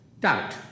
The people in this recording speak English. doubt